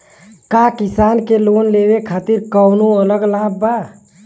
का किसान के लोन लेवे खातिर कौनो अलग लाभ बा?